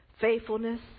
faithfulness